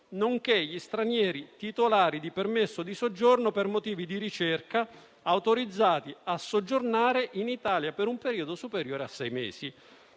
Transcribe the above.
nonché gli stranieri titolari di permesso di soggiorno per motivi di ricerca autorizzati a soggiornare in Italia per un periodo superiore a sei mesi».